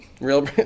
Real